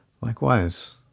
likewise